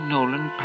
Nolan